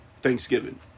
Thanksgiving